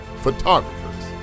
photographers